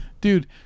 dude